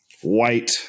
White